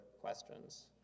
questions